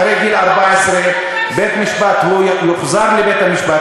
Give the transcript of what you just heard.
אחרי גיל 14 הוא יוחזר לבית-המשפט,